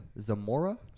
Zamora